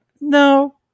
No